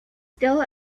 still